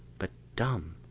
but dumb.